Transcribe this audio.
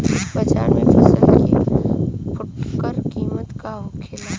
बाजार में फसल के फुटकर कीमत का होखेला?